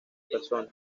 personas